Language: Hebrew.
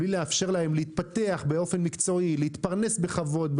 התפתחות מקצועית ופרנסה בכבוד,